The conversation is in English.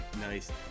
Nice